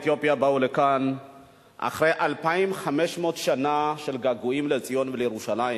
עולי אתיופיה באו לכאן אחרי 2,500 שנה של געגועים לציון ולירושלים.